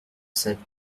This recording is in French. sept